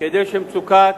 כדי שמצוקת